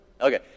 Okay